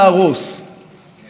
מה אתם מציעים בכלל,